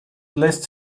lässt